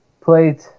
played